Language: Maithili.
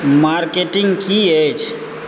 मार्केटिङ्ग की अछि